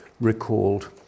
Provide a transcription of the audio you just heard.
recalled